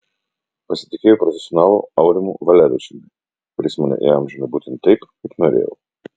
pasitikėjau profesionalu aurimu valevičiumi kuris mane įamžino būtent taip kaip norėjau